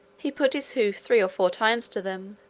he put his hoof three or four times to them,